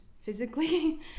physically